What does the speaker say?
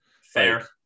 Fair